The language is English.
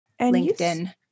LinkedIn